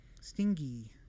Stingy